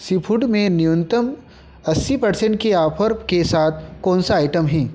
seafood में न्यूनतम अस्सी पर्सेंट के ऑफर के साथ कौनसा आइटम हैं